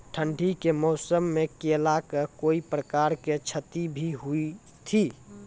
ठंडी के मौसम मे केला का कोई प्रकार के क्षति भी हुई थी?